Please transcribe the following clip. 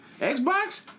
Xbox